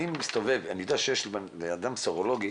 שיש לאדם סרולוגיה,